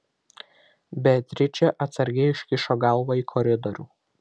beatričė atsargiai iškišo galvą į koridorių